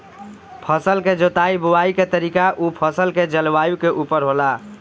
फसल के जोताई बुआई के तरीका उ फसल के जलवायु के उपर होला